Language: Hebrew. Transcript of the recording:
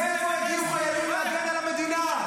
מאיפה יגיעו חיילים להגן על המדינה?